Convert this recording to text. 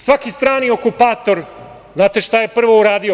Svaki strani okupator, znate šta je prvo uradio?